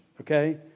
Okay